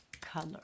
color